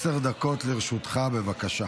עשר דקות לרשותך, בבקשה.